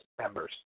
members